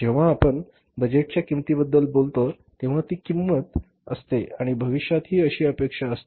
जेव्हा आपण बजेटच्या किंमतीबद्दल बोलतो तेव्हा ती प्रमाणित किंमत असते आणि भविष्यातही अशी अपेक्षा असते